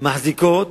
מחזיקות